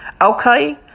okay